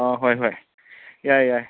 ꯑꯥ ꯍꯣꯏ ꯍꯣꯏ ꯌꯥꯏ ꯌꯥꯏ